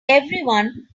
everyone